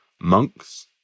monks